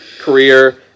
career